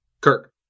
Kirk